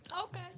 Okay